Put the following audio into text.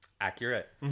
Accurate